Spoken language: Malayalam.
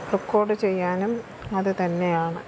റെക്കോർഡ് ചെയ്യാനും അത് തന്നെയാണ്